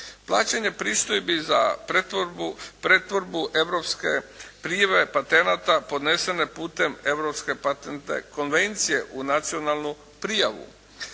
Plaćanje pristojbu za pretvorbu europske prijave patenata podnesene putem europske patentne konvencije u nacionalnu prijavu.